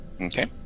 Okay